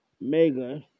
Mega